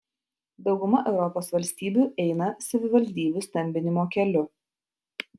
dauguma europos valstybių eina savivaldybių stambinimo keliu